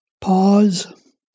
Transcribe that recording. Pause